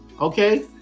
Okay